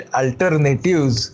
alternatives